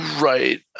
Right